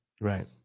right